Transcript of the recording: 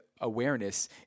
awareness